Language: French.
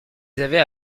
avaient